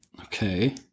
Okay